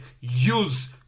use